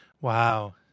wow